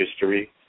history